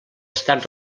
estat